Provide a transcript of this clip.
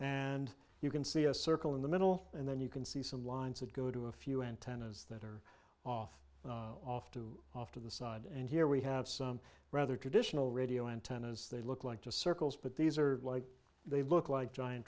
and you can see a circle in the middle and then you can see some lines that go to a few antennas that are off off to off to the side and here we have some rather traditional radio antennas they look like to circles but these are like they look like giant